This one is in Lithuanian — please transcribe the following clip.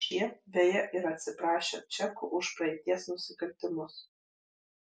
šie beje yra atsiprašę čekų už praeities nusikaltimus